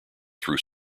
through